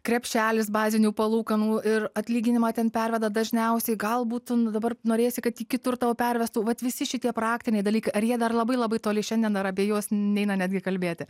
krepšelis bazinių palūkanų ir atlyginimą ten perveda dažniausiai galbūt dabar norėsi kad į kitur tavo pervestų vat visi šitie praktiniai dalykai ar jie dar labai labai toli šiandien ar abie juos neina netgi kalbėti